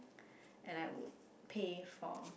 and I would pay for